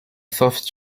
fourth